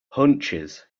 hunches